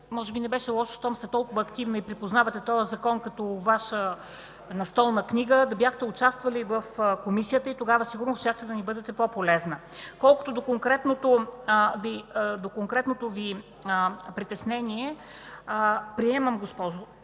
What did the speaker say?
Може би не беше лошо, щом сте толкова активна и припознавате този закон като Ваша настолна книга, да бяхте участвали в Комисията и тогава сигурно щяхте да ни бъдете по-полезна. Колкото до конкретното Ви притеснение, приемам, госпожо